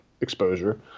exposure